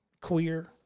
queer